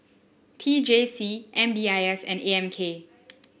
T J C M D I S and A M K